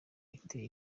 iteye